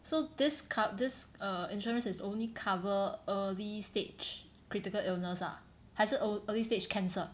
so this co~ this uh insurance is only cover early stage critical illness ah 还是 ear~ early stage cancer